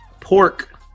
pork